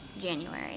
January